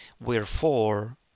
Wherefore